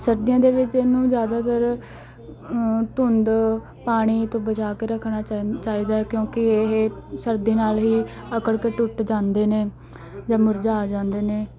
ਸਰਦੀਆਂ ਦੇ ਵਿੱਚ ਇਹਨੂੰ ਜ਼ਿਆਦਾਤਰ ਧੁੰਦ ਪਾਣੀ ਤੋਂ ਬਚਾ ਕੇ ਰੱਖਣਾ ਚਾ ਚਾਹੀਦਾ ਕਿਉਂਕਿ ਇਹ ਸਰਦੀ ਨਾਲ ਹੀ ਅਕੜ ਕੇ ਟੁੱਟ ਜਾਂਦੇ ਨੇ ਜਾਂ ਮੁਰਝਾ ਜਾਂਦੇ ਨੇ